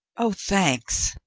oh, thanks,